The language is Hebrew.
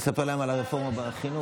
תספר להם על הרפורמה בחינוך.